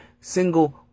single